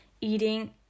eating